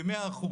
ב-100%.